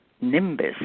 nimbus